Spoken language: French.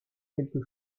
quelque